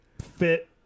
fit